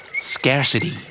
Scarcity